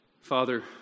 Father